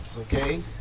Okay